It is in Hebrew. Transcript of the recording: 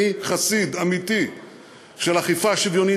אני חסיד אמיתי של אכיפה שוויונית.